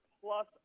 plus